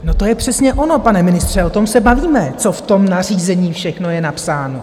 No, to je přesně ono, pane ministře, o tom se bavíme, co je v tom nařízení všechno napsáno.